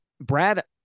Brad